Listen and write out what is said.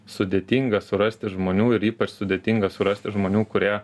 sudėtinga surasti žmonių ir ypač sudėtinga surasti žmonių kurie